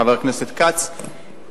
חבר הכנסת כץ,